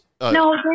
No